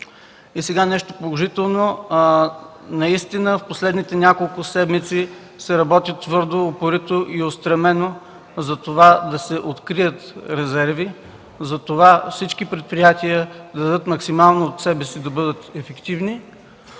И нещо положително. Наистина в последните няколко седмици се работи твърдо, упорито и устремено да се открият резерви всички предприятия да дадат максимално от себе си, да бъдат ефективни.